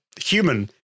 human